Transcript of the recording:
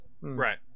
Right